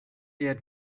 yet